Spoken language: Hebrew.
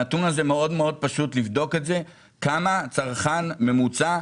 הנתון הזה מאוד מאוד פשוט לבדיקה כמה נוזלים צורך במשך חודש צרכן ממוצע.